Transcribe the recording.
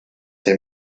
der